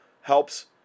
helps